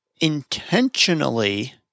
intentionally